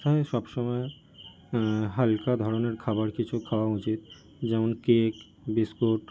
রাস্তায় সব সময় হালকা ধরনের খাবার কিছু খাওয়া উচিত যেমন কেক বিস্কুট